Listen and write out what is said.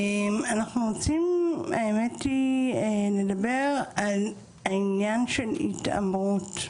האמת, אנחנו רוצים לדבר על העניין של התעמרות.